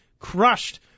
Crushed